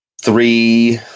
Three